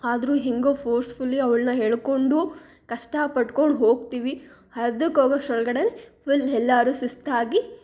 ಆದರೂ ಹೇಗೋ ಫೋರ್ಸ್ಫುಲಿ ಅವ್ಳನ್ನ ಎಳ್ಕೊಂಡು ಕಷ್ಟಪಟ್ಕೊಂಡು ಹೋಗ್ತೀವಿ ಅರ್ಧಕ್ ಹೋಗೋಷ್ಟ್ರೊಳ್ಗಡೆಯೇ ಫುಲ್ ಎಲ್ಲರು ಸುಸ್ತಾಗಿ